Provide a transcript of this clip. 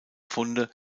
funde